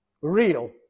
Real